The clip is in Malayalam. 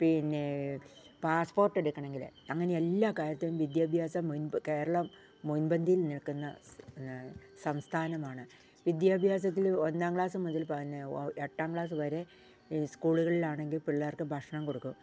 പിന്നെ പാസ്പോർട്ട് എടുക്കണമെങ്കിൽ അങ്ങനെ എല്ലാ കാര്യത്തിനും വിദ്യാഭ്യാസം കേരളം മുൻപന്തിയിൽ നിൽക്കുന്ന സംസ്ഥാനമാണ് വിദ്യാഭ്യാസത്തിൽ ഒന്നാം ക്ലാസ് മുതൽ എട്ടാം ക്ലാസ് വരെ ഈ സ്കൂളുകളിലാണെങ്കിൽ പിള്ളേർക്ക് ഭക്ഷണം കൊടുക്കും